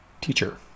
teacher